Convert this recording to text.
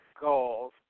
goals